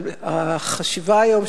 אבל החשיבה היום,